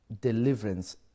deliverance